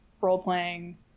role-playing